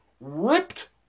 ripped